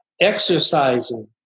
exercising